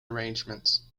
arrangements